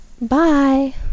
Bye